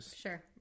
Sure